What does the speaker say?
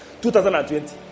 2020